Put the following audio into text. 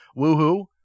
woohoo